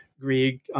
Grieg